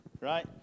right